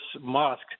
Musk